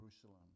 Jerusalem